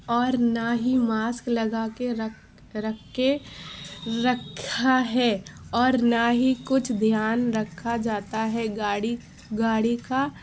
اور نہ ہی ماسک لگا کے رکھ رکھ کے رکھا ہے اور نہ ہی کچھ دھیان رکھا جاتا ہے گاڑی گاڑی کا